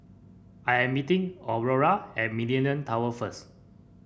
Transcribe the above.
I am meeting Aurora at Millenia Tower first